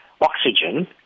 Oxygen